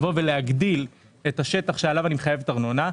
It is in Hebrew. להגדיל את השטח שעליו אני מחייבת ארנונה,